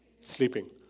sleeping